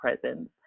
presence